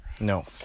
No